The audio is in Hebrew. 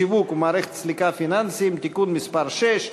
שיווק ומערכת סליקה פנסיוניים) (תיקון מס' 6),